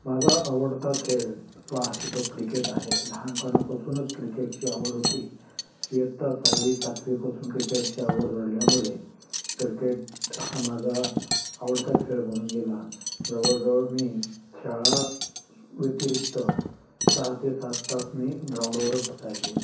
माझा आवडता खेळ जो आहे तो क्रिकेट आहे लहानपणापासूनच क्रिकेटची आवड होती इयत्ता सहावी सातवी पासून क्रिकेटची आवड झाल्यामुळे क्रिकेट हा माझा आवडता खेळ बनून गेला जवळजवळ मी शाळा व्यतिरिक्त सहा ते सात तास मी ग्राउंडवरच असायचो